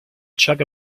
chukka